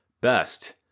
best